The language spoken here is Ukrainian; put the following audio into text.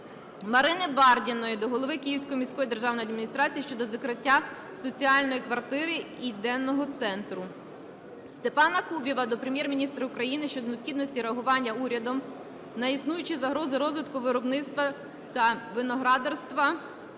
Марини Бардіної до голови Київської міської державної адміністрації щодо закриття Соціальної квартири і Денного центру. Степана Кубіва до Прем'єр-міністра України щодо необхідності реагування урядом на існуючі загрози розвитку виробництва та виноградарства